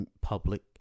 public